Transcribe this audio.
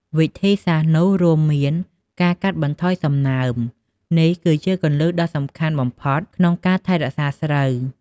វិធីសាស្រ្តនោះរួមមាន ការកាត់បន្ថយសំណើម នេះគឺជាគន្លឹះដ៏សំខាន់បំផុតក្នុងការថែរក្សាស្រូវ។